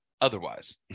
otherwise